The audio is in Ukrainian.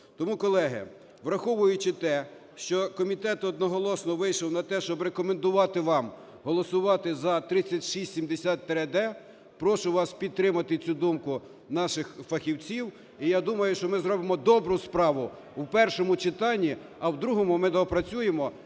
Тому, колеги, враховуючи те, що комітет одноголосно вийшов на те, щоб рекомендувати вам голосувати за 3670-д, прошу вас підтримати цю думку наших фахівців. І я думаю, що ми зробимо добру справу у першому читанні, а в другому ми доопрацюємо